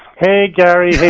hey gary, hey